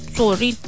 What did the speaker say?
sorry